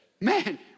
Man